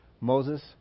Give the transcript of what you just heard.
Moses